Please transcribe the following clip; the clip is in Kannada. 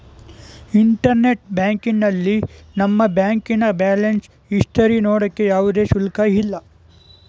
ಇಂಟರ್ನೆಟ್ ಬ್ಯಾಂಕಿಂಗ್ನಲ್ಲಿ ನಮ್ಮ ಬ್ಯಾಂಕಿನ ಬ್ಯಾಲೆನ್ಸ್ ಇಸ್ಟರಿ ನೋಡೋಕೆ ಯಾವುದೇ ಶುಲ್ಕ ಇಲ್ಲ